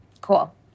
Cool